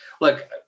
look